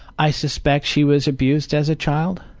i suspect she was abused as a child.